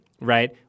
right